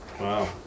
Wow